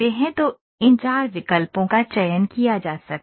तो इन चार विकल्पों का चयन किया जा सकता है